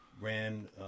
ran